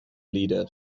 leader